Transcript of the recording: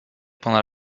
pendant